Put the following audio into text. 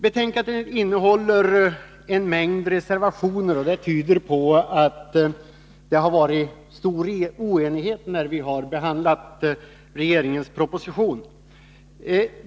Betänkandet innehåller en mängd reservationer, och det tyder på att det varit stor oenighet när vi har behandlat regeringens proposition.